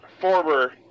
former